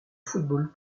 fútbol